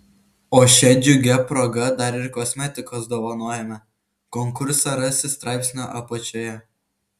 o šia džiugia proga dar ir kosmetikos dovanojame konkursą rasi straipsnio apačioje